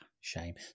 shame